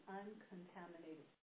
uncontaminated